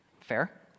Fair